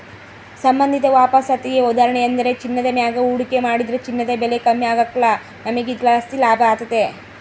ಸಂಬಂಧಿತ ವಾಪಸಾತಿಯ ಉದಾಹರಣೆಯೆಂದ್ರ ಚಿನ್ನದ ಮ್ಯಾಗ ಹೂಡಿಕೆ ಮಾಡಿದ್ರ ಚಿನ್ನದ ಬೆಲೆ ಕಮ್ಮಿ ಆಗ್ಕಲ್ಲ, ನಮಿಗೆ ಇದರ್ಲಾಸಿ ಲಾಭತತೆ